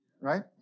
right